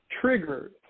triggers